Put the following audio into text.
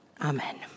Amen